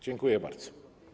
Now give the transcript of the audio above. Dziękuję bardzo.